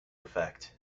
effect